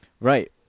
Right